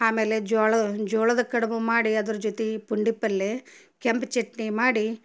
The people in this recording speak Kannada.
ಆಮೇಲೆ ಜ್ವಾಳ ಜೋಳದ ಕಡುಬು ಮಾಡಿ ಅದರ ಜೊತೆ ಪುಂಡಿ ಪಲ್ಯೆ ಕೆಂಪು ಚಟ್ನಿ ಮಾಡಿ